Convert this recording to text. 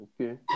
Okay